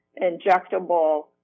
injectable